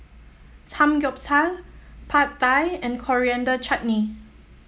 Samgeyopsal Pad Thai and Coriander Chutney